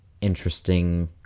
interesting